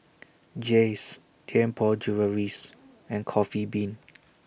Jays Tianpo Jewelleries and Coffee Bean